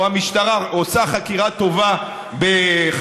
אתה אומר: אני לא